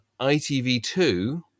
ITV2